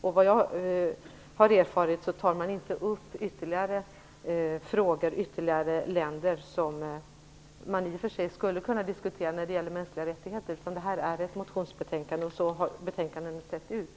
Såvitt jag har erfarit tar man då inte upp andra än de berörda frågorna eller länderna, även om andra sådana i och för sig skulle kunna diskuteras under rubriken mänskliga rättigheter. Det gäller ett motionsbetänkande, och så här ser motionsbetänkanden ut.